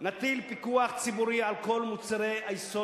נטיל פיקוח ציבורי על כל מוצרי היסוד,